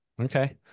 Okay